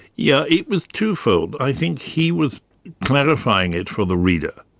yeah it was twofold. i think he was clarifying it for the reader.